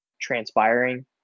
transpiring